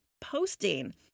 posting